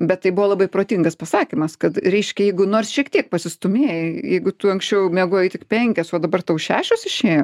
bet tai buvo labai protingas pasakymas kad reiškia jeigu nors šiek tiek pasistūmėjai jeigu tu anksčiau miegojai tik penkias o dabar tau šešios išėjo